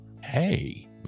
hey